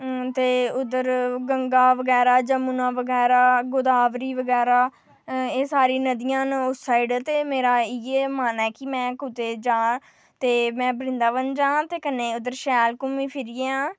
ते उद्धर गंगा बगैरा जमुना बगैरा गोदावरी बगैरा एह् सारी नदियां न उस साईड ते मेरा इ'यै मन्नना ऐ कि में कुतै जां ते में बृन्दाबन जां ते कन्नै उद्धर शैल घुम्मी फिरियै आं